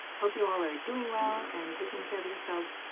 hope you all are doing well and taking care of yourselves,